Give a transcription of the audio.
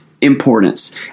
importance